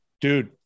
dude